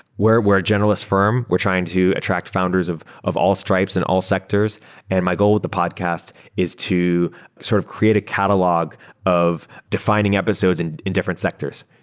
we're we're a generalists firm. we're trying to attract founders of of all stripes in all sectors and my goal with the podcast is to sort of create a catalog of defining episodes in in different sectors.